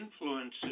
influences